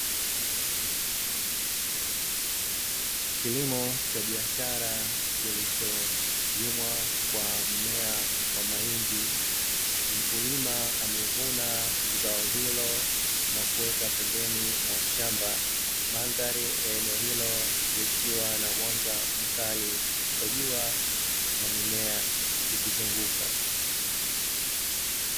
Kilimo cha biashara kilicholimwa kwa mmea wa mahindi. Mkulima amevuna zao hilo na kuweka pembeni mwa shamba. Mandhari ya eneo hilo likiwa na mwanga mkali wa jua na mimea ikizunguka.